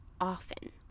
often